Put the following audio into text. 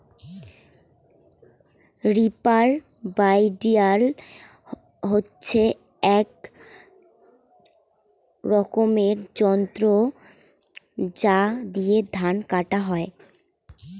reaper binder হসে আক রকমের যন্ত্র যাতি ধান কাটা হই